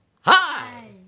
Hi